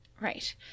Right